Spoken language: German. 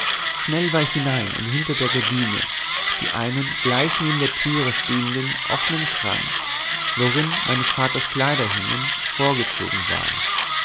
schnell war ich hinein und hinter der gardine die einem gleich neben der türe stehenden offnen schrank worin meines vaters kleider hingen vorgezogen war